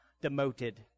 demoted